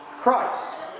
Christ